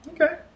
okay